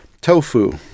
tofu